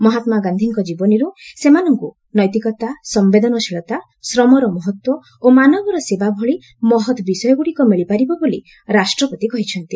ମହାତ୍ମାଗାନ୍ଧିଙ୍କ ଜୀବନୀରୁ ସେମାନଙ୍କୁ ନୈତିକତା ସମ୍ଭେଦନଶୀଳତା ଶ୍ରମର ମହତ୍ତ୍ୱ ଓ ମାନବର ସେବା ଭଳି ମହତ୍ ବିଷୟଗୁଡ଼ିକ ମିଳିପାରିବ ବୋଲି ରାଷ୍ଟ୍ରପତି କହିଛନ୍ତି